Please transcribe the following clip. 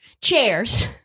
chairs